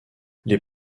les